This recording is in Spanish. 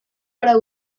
para